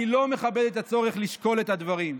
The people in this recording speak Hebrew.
אני לא מכבד את הצורך לשקול את הדברים,